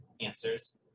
answers